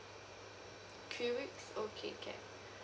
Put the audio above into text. three weeks okay can